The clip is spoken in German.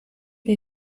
wir